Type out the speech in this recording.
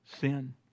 sin